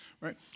right